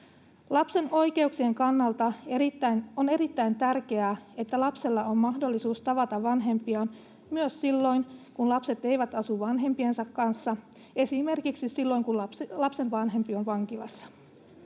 Lapsen oikeuksien kannalta on erittäin tärkeää, että lapsella on mahdollisuus tavata vanhempiaan myös silloin, kun lapset eivät asu vanhempiensa kanssa, esimerkiksi silloin kun lapsen vanhempi on vankilassa.